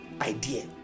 idea